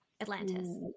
Atlantis